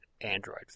Android